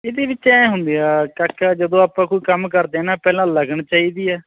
ਇਹਦੇ ਵਿੱਚ ਐਂ ਹੁੰਦੇ ਆ ਕਾਕਾ ਜਦੋਂ ਆਪਾਂ ਕੋਈ ਕੰਮ ਕਰਦੇ ਆ ਨਾ ਪਹਿਲਾਂ ਲਗਨ ਚਾਹੀਦੀ ਹੈ